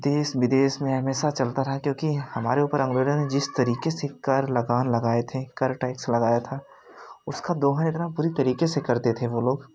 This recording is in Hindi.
देश विदेश में हमेशा चलता रहा हमारे ऊपर अंग्रेजों ने जिस तरीके से कर लगान लगाए थे कर टेक्स लगाया था उसका दोहा इतना बुरी तरीके से करते थे वो लोग